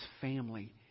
family